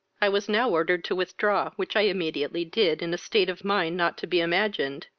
i was now ordered to withdraw, which i immediately did, in a state of mind not to be imagined.